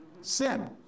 Sin